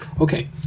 okay